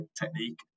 technique